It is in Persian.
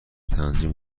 تنظیم